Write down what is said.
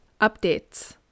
updates